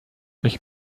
ich